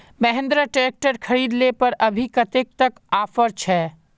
Mahindra tractor खरीद ले पर अभी कतेक तक ऑफर छे?